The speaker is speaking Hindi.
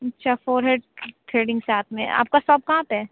अच्छा फोरहेड थ्रेडिंग साथ में है आपका शॉप कहाँ पर है